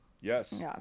Yes